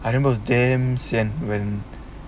I remember the damn sian when